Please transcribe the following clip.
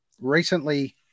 recently